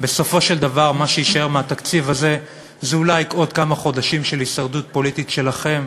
מה שיישאר מהתקציב הזה זה אולי עוד כמה חודשים של הישרדות פוליטית שלכם.